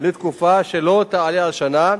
לתקופה שלא תעלה על שנה,